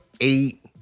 eight